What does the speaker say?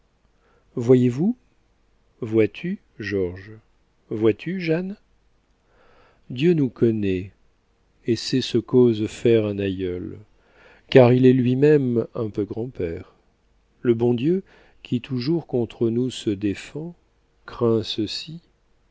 voyez-vous vois-tu georges vois-tu jeanne dieu nous connaît et sait ce qu'ose faire un aïeul car il est lui-même un peu grand-père le bon dieu qui toujours contre nous se défend craint ceci